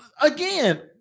again